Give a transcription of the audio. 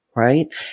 Right